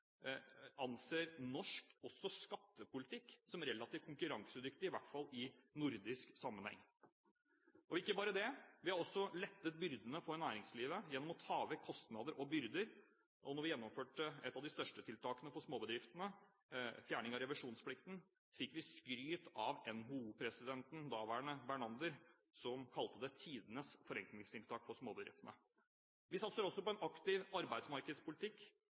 anser norsk skattepolitikk som relativt konkurransedyktig, i hvert fall i nordisk sammenheng. Ikke bare det – vi har også lettet byrdene på næringslivet gjennom å ta vekk kostnader. Da vi gjennomførte et av største tiltakene for småbedriftene – fjerning av revisjonsplikten – fikk vi skryt av NHO-presidenten, daværende Bernander, som kalte det tidenes forenklingstiltak for småbedriftene. Vi satser også på en aktiv arbeidsmarkedspolitikk